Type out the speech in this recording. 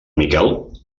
miquel